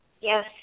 Yes